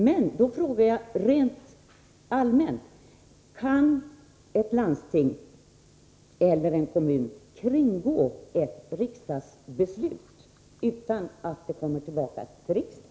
Jag frågar då rent allmänt: Kan ett landsting eller en kommun kringgå ett riksdagsbeslut utan att ärendet kommer tillbaka till riksdagen?